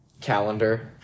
calendar